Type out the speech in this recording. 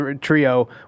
trio